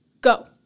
Go